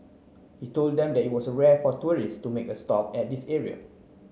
he told them that it was rare for tourists to make a stop at this area